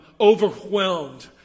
overwhelmed